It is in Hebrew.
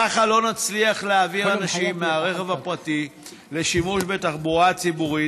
כך לא נצליח להעביר אנשים מהרכב הפרטי לשימוש בתחבורה ציבורית.